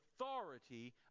authority